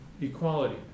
equality